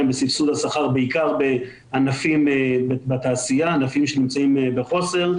להם בסבסוד השכר בעיקר ענפים בתעשייה שנמצאים בחוסר.